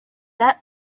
that